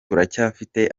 turacyafite